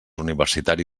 universitari